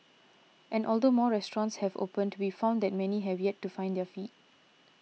and although more restaurants have opened we found that many have yet to find their feet